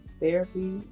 therapy